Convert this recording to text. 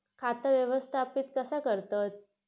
खाता व्यवस्थापित कसा करतत?